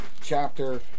chapter